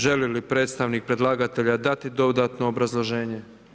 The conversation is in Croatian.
Želi li predstavnik predlagatelja dati dodatno obrazloženje?